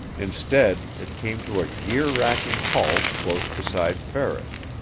instead, it came to a gear-racking halt close beside ferris.